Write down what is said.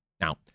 Now